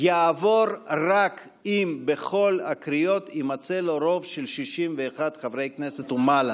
יעבור רק אם בכל הקריאות יימצא לו רוב של 61 חברי כנסת ומעלה.